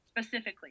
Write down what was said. specifically